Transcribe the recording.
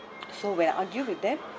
so when I argue with them